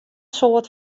soad